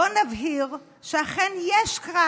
בוא נבהיר שאכן יש קרב